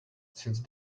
since